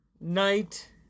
night